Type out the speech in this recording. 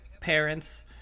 parents